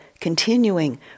continuing